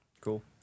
Cool